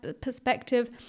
perspective